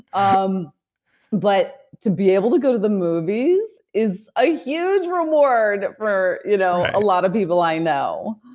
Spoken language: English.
um but to be able to go to the movies is a huge reward for you know a lot of people i know,